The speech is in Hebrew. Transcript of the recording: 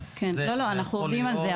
כן, אנחנו עובדים על זה.